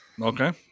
Okay